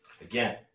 Again